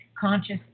conscious